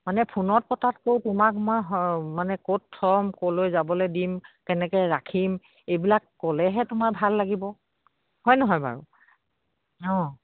মানে ফোনত পতাতকৈ তোমাক মই মানে ক'ত থ'ম ক'লৈ যাবলে দিম কেনেকে ৰাখিম এইবিলাক ক'লেহে তোমাৰ ভাল লাগিব হয় নহয় বাৰু অঁ